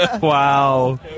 Wow